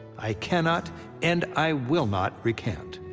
i cannot and i will not recant.